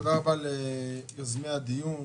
תודה רבה ליוזמי הדיון,